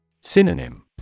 Synonym